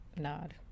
nod